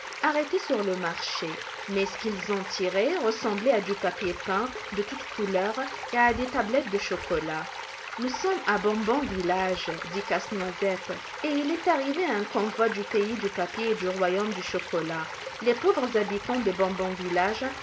arrêtées sur le marché mais ce qu'ils en tiraient ressemblait à du papier peint de toutes couleurs et à des tablettes de chocolat nous sommes à bonbons village dit casse-noisette et il est arrivé un convoi du pays du papier et du royaume du chocolat les pauvres habitants de